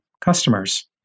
customers